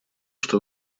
что